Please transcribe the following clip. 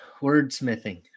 Wordsmithing